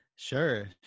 Sure